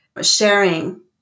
sharing